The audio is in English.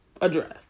address